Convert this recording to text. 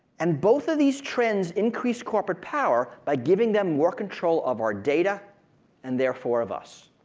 and both of these trends increase corporate power by giving them more control of our data and therefore of us.